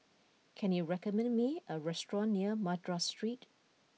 can you recommend me a restaurant near Madras Street